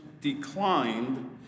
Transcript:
declined